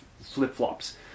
flip-flops